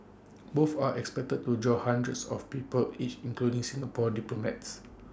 both are expected to draw hundreds of people each including Singapore diplomats